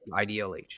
IDLH